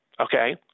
Okay